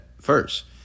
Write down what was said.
first